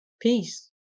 peace